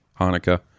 Hanukkah